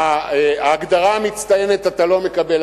ההגדרה המצטיינת אתה לא מקבל.